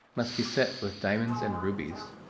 must be set with diamonds and rubies.